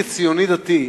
כציוני-דתי,